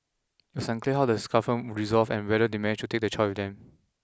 it was unclear how the scuffle resolved and whether they managed to take the child with them